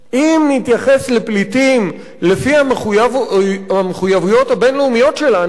אם נתייחס לפליטים לפי המחויבויות הבין-לאומיות שלנו,